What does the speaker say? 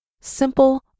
Simple